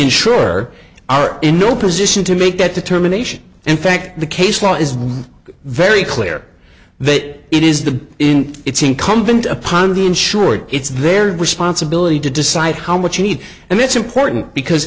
insurer are in no position to make that determination in fact the case law is very clear that it is the in it's incumbent upon the insured it's their responsibility to decide how much they need and that's important because